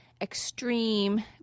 extreme